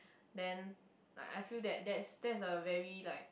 then like I feel that that's that's a very like